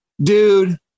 dude